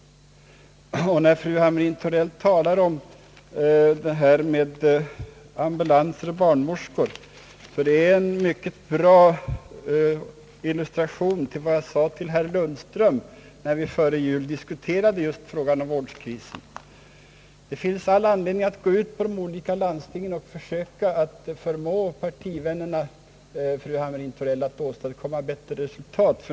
Vad fru Hamrin-Thorell säger om ambulanser och barnmorskor är en mycket bra illustration till vad jag sade till herr Lundström när vi före jul diskuterade frågan om vårdkrisen, nämligen att det finns all anledning att gå ut till de olika landstingen och försöka förmå partivännerna, fru Hamrin-Thorell, att åstadkomma bättre resultat.